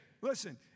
Listen